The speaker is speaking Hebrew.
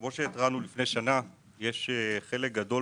יש, כמו שהתרענו לפני שנה, חלק גדול